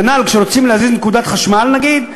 כנ"ל כשרוצים להזיז נקודת חשמל, נגיד.